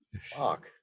Fuck